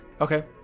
Okay